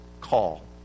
call